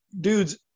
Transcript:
Dudes